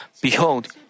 Behold